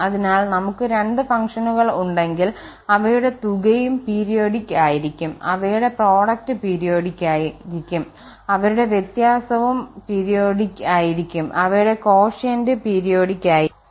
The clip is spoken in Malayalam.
അതിനാൽ നമുക്ക് രണ്ട് ഫംഗ്ഷനുകൾ ഉണ്ടെങ്കിൽ അവയുടെ തുകയും പീരിയോഡിക് ആയിരിക്കും അവയുടെ പ്രോഡക്റ്റ് പീരിയോഡിക് ആയിരിക്കും അവയുടെ വ്യത്യാസവും പീരിയോഡിക് ആയിരിക്കും അവയുടെ കോഷ്യന്റ് പീരിയോഡിക് ആയിരിക്കും